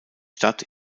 stadt